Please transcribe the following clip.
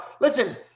listen